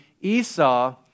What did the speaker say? Esau